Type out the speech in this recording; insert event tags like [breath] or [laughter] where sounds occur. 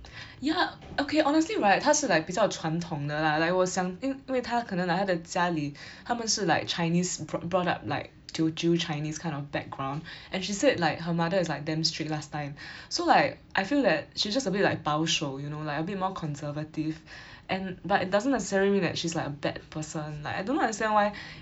[breath] ya okay honestly right 她是 like 比较传统的啦 like 我想因为她可能 like 她的家里 [breath] 她们是 like chinese brought up like teochew chinese kind of background and she said like her mother is like damn strict last time [breath] so like I feel that she's just a bit like 保守 you know like a bit more conservative [breath] and but it doesn't necessarily mean that she's like a bad person like I do not understand why [breath]